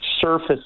surface